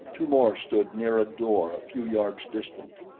two more stood near a door a few yards distant.